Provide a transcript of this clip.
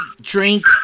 drink